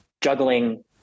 juggling